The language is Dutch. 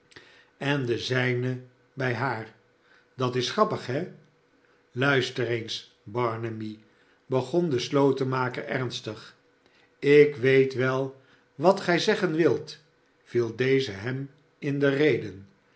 en de zijne bij haar dat is grappig he sluister eens barnaby begon de slotenmaker ernstig ik weet wel wat gij zeggen wilt viel deze hem in de rede